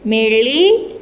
मेळ्ळी